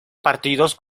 partidos